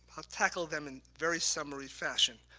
i'll tackle them in very summary fashion.